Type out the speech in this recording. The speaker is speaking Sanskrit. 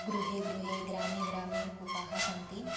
गृहे गृहे ग्रामे ग्रामे कूपाः सन्ति